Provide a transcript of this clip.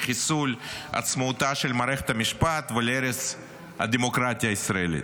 לחיסול עצמאותה של מערכת המשפט ולהרס הדמוקרטיה הישראלית.